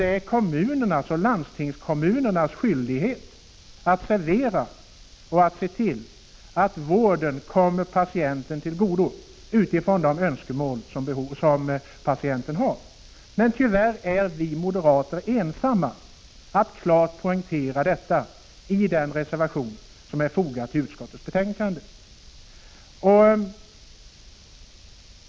Det är kommunernas och landstingskommunernas skyldighet att tillhandahålla vård och se till att vården kommer patienten till godo utifrån de önskemål som patienten har. Tyvärr är vi moderater ensamma om att klart poängtera detta i reservation 3 till utskottets betänkande.